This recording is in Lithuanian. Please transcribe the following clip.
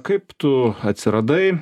kaip tu atsiradai